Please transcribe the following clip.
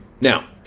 Now